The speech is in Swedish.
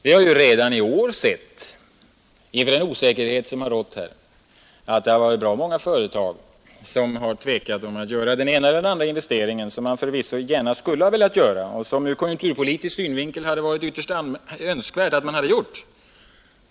Vi har ju redan i år sett, inför den osäkerhet som rått här, att bra många företag har tvekat att göra den ena eller andra investeringen, som företagen förvisso gärna skulle ha velat göra och som det ur konjunkturpolitisk synvinkel hade varit ytterst önskvärt att de gjort.